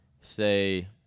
say